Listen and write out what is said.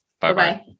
Bye-bye